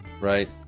right